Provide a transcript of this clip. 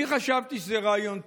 אני חשבתי שזה רעיון טוב.